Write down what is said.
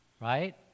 right